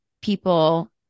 People